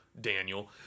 Daniel